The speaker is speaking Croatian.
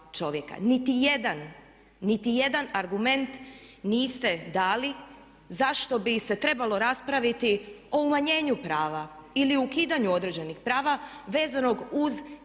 niti jedan argument niste dali zašto bi se trebalo raspraviti o umanjenju prava ili ukidanju određenih prava vezanog uz institut